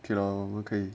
you know I'm okay